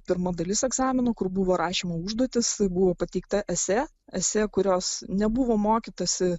pirma dalis egzamino kur buvo rašymo užduotys buvo pateikta esė esė kurios nebuvo mokytasi